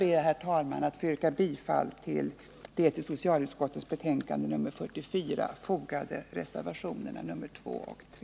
Med det anförda yrkar jag bifall till de vid socialutskottets betänkande nr 44 fogade reservationerna 2 och 3.